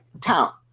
Town